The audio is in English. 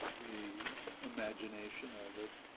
the imagination of it,